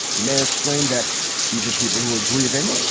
the mayor explained that these are people who are grieving,